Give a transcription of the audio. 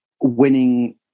winning